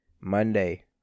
Monday